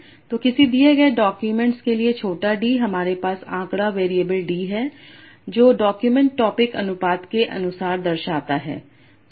तो किसी दिए गए डॉक्यूमेंट के लिए छोटा d हमारे पास आंकड़ा वेरिएबल d है जो डॉक्यूमेंट टॉपिक अनुपात के अनुसार दर्शाता है